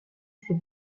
ses